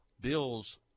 Bills